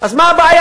אז מה הבעיה?